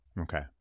Okay